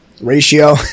ratio